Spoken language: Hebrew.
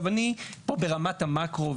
אני פה ברמת המקרו,